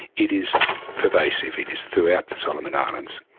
it is pervasive, it is throughout the solomon islands.